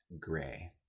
Gray